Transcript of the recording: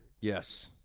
yes